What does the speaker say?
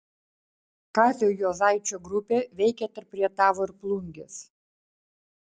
kazio juozaičio grupė veikė tarp rietavo ir plungės